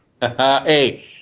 Hey